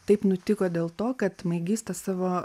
taip nutiko dėl to kad maigys tą savo